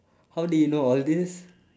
how did you know all these